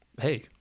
Hey